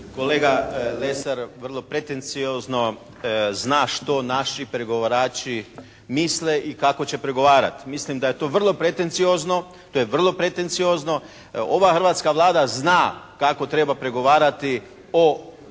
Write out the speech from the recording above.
Kolega Lesar, vrlo pretenciozno zna što naši pregovarači misle i kako će pregovarati. Mislim da je to vrlo pretenciozno, to je vrlo pretenciozno. Ova hrvatska Vlada zna kako treba pregovarati o